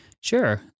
Sure